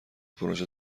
پروژه